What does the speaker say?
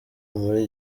muri